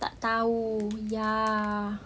tak tahu ya